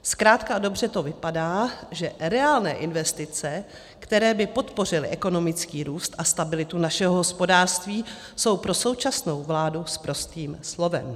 Zkrátka a dobře to vypadá, že reálné investice, které by podpořily ekonomický růst a stabilitu našeho hospodářství, jsou pro současnou vládu sprostým slovem.